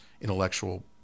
intellectual